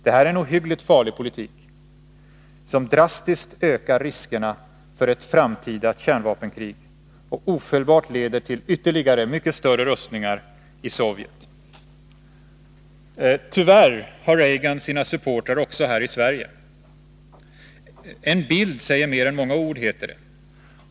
Det här är en ohyggligt farlig politik, som drastiskt ökar riskerna för ett framtida kärnvapenkrig och ofelbart leder till ytterligare mycket större rustningar i Sovjet. Tyvärr har Reagan sina supportrar också här i Sverige. En bild säger mer än många ord, heter det.